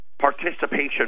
participation